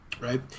right